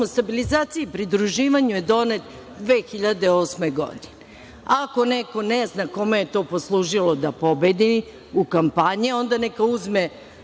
stabilizaciji i pridruživanju je donet 2008. godine. Ako neko ne zna kome je to poslužilo da pobedi u kampanji, onda neka uzme